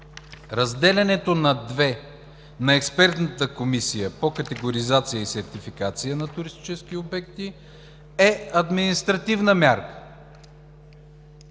Разделянето на две на Експертната комисия по категоризация и сертификация на туристически обекти е административна мярка,